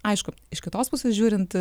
aišku iš kitos pusės žiūrint